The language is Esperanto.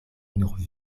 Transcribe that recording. nur